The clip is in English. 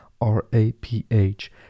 R-A-P-H